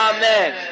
Amen